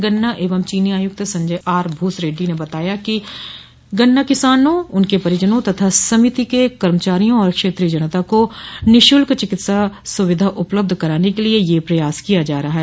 गन्ना एवं चीनी आयुक्त संजय आर भूसरेड्डी ने बताया है कि गन्ना किसानों उनके परिजनों तथा समिति के कर्मचारियों और क्षेत्रीय जनता को निःशुल्क चिकित्सा सुविधा उपलब्ध कराने के लिए यह प्रयास किया जा रहा है